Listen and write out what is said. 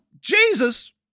Jesus